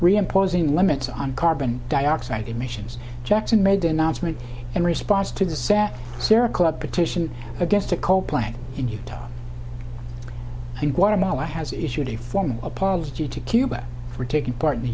reimposing limits on carbon dioxide emissions jackson made the announcement in response to the sat sierra club petition against a coal plant in utah in guatemala has issued a formal apology to cuba for taking part in the